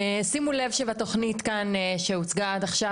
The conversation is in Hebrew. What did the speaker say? שימו לב שבתוכנית כאן שהוצגה עד עכשיו